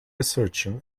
assertion